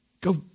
go